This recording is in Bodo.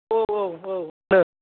औ औ औ